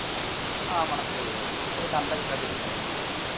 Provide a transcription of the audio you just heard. మనకు